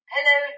Hello